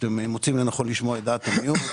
שאתם מוצאים לנכון לשמוע את דעת המיעוט.